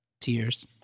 Tears